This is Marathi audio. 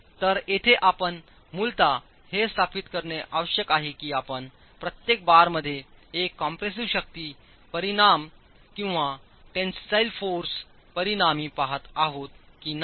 तर येथे आपण मूलत हे स्थापित करणे आवश्यक आहे की आपण प्रत्येक बारमध्ये एक कंप्रेसिव्ह शक्ती परिणाम किंवा टेन्सिल फोर्स परिणामी पहात आहात की नाही